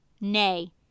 Nay